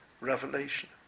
Revelation